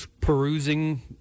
perusing